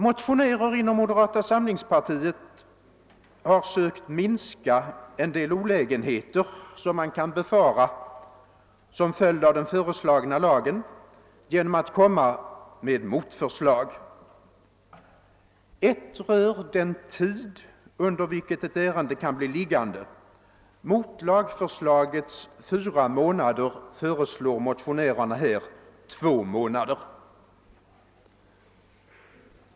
Motionärer inom moderata samlingspartiet har sökt minska en del olägenheter som man kan befara som följd av den föreslagna lagen genom att lägga fram motförslag. Ett rör den tid under vilken ett ärende kan bli liggande. Mot lagförslagets fyra månader föreslår motionärerna två månader.